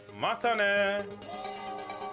Matane